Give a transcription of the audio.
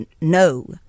no